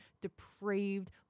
depraved